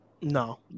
No